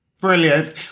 Brilliant